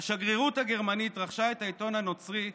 אפשר לדבר מחוץ לאולם.